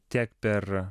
tiek per